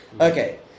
Okay